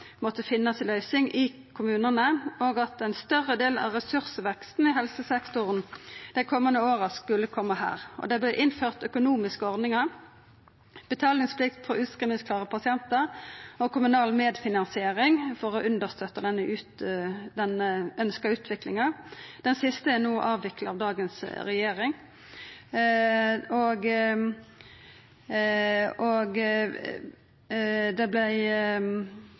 måtte finna ei løysing i kommunane, og at ein større del av ressursveksten i helsesektoren dei komande åra skulle koma her. Det vart innført økonomiske ordningar, betalingsplikt for utskrivingsklare pasientar og kommunal medfinansiering for å kunna støtta den ønskte utviklinga – det siste er no avvikla av dagens regjering – og det